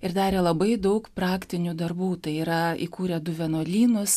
ir darė labai daug praktinių darbų tai yra įkūrė du vienuolynus